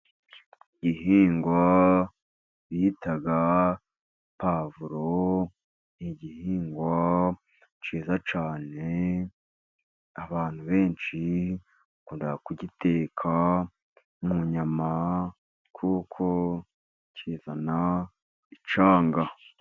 Igihingwa bita pwavuro, ni igihingwa cyiza cyane. Abantu benshi bakunda kugiteka mu nyama kuko kizana icyanga.